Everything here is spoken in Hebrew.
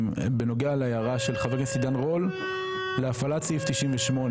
בנוגע להערה של חבר הכנסת עידן רול להפעלת סעיף 98,